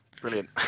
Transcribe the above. brilliant